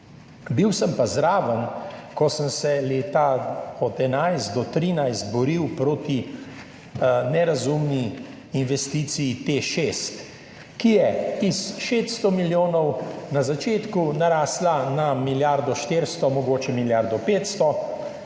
Bil sem pa zraven, ko sem se leta od 2011 do 2013 boril proti nerazumni investiciji TEŠ 6, ki je iz 600 milijonov na začetku narasla na milijardo 400, mogoče milijardo 500,